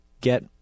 get